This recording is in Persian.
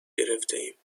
گرفتهایم